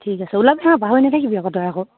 ঠিক আছে ওলাবি হাঁ পাহৰি নাথাকিবি আকৌ তই আকৌ